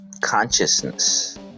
consciousness